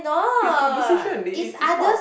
it's conversation they it it's part of